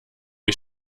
ich